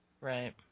Right